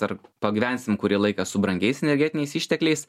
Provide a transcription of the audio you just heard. dar pagyvensim kurį laiką su brangiais energetiniais ištekliais